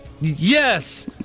Yes